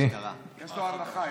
יש לו הנחה.